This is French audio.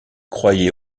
croyait